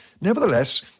Nevertheless